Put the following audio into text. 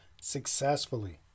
successfully